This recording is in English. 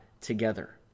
together